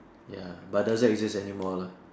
ya but doesn't exist anymore lah